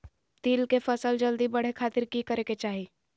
तिल के फसल जल्दी बड़े खातिर की करे के चाही?